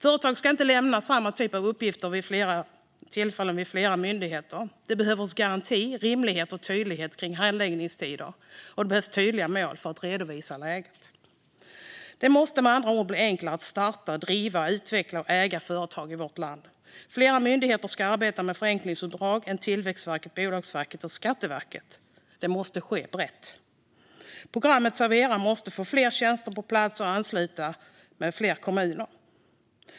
Företag ska inte lämna samma typ av uppgifter vid flera tillfällen till flera myndigheter. Det behövs garanti, rimlighet och tydlighet kring handläggningstider, och det behövs tydliga mål för redovisning av läget. Det måste med andra ord bli enklare att starta, driva, utveckla och äga företag i vårt land. Fler myndigheter än Tillväxtverket, Bolagsverket och Skatteverket ska arbeta med förenklingsuppdrag. Det måste ske brett. Programmet Serverat måste få fler tjänster på plats, och fler kommuner måste anslutas.